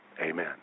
Amen